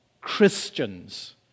Christians